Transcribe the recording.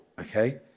okay